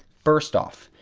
first off,